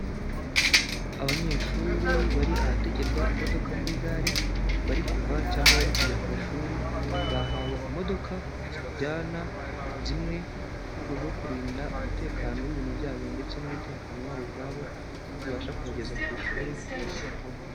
Abanyeshuri bari ahategerwa imodoka muri gare bari kuva cyangwa bari kujya ku ishuri, bahawe imodoka zibajyana, zimwe mu rwego rwo kurinda umutekano w'ibintu byabo ndetse n'umutekano wabo ubwabo, aho zibasha kubageza ku ishuri amahoro.